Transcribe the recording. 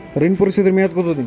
ঋণ পরিশোধের মেয়াদ কত দিন?